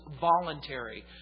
voluntary